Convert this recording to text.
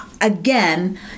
again